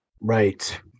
Right